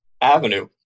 avenue